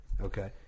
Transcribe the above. okay